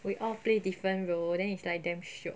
we all play different role then is like damn shiok